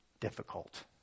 difficult